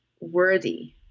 worthy